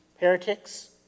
heretics